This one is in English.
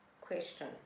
question